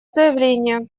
заявление